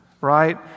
right